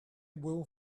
will